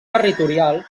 territorial